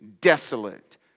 desolate